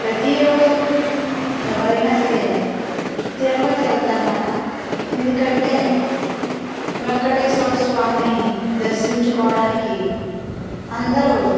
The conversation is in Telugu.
ప్రతీరోజు ఎవరైనా సరే తిరుపతి వెళ్తారు అన్నమాట ఎందుకంటే వెంకటేశ్వర స్వామిని దర్శించుకోవడానికి అందరూ